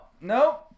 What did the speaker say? no